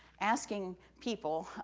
asking people,